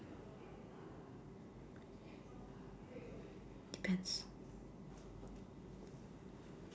depends